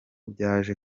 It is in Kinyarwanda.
byaje